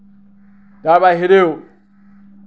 তাৰ বাহিৰেও